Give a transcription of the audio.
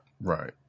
Right